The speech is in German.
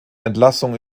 entlassung